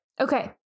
Okay